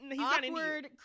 Awkward